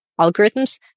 algorithms